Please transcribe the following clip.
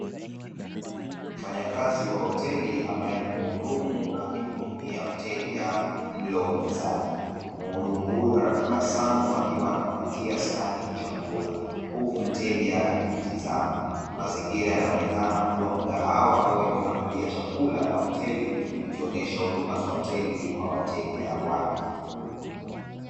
Mfanyakazi wa hoteli ambaye ni mhudumu akimuhudumia mteja mlo mezani. Mhudumu huyu anatabasamu akiwa anampatia sahani yenye chakula, huku mteja akimtazama. Mazingira yanaonekana kuwa mgahawa au eneo la kulia chakula la hoteli, ikionyesha huduma za hoteli kwa wateja wake.